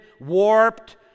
warped